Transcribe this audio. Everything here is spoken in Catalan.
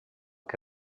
que